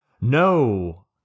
No